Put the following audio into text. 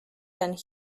and